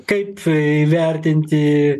kaip įvertinti